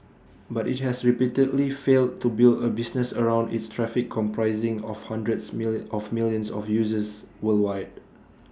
but IT has repeatedly failed to build A business around its traffic comprising of hundreds millions of millions of users worldwide